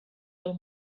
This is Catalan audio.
del